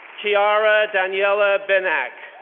kiara daniela benac,